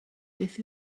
beth